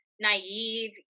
Naive